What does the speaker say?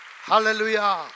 Hallelujah